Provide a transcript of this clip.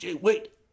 wait